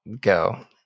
go